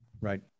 Right